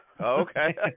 Okay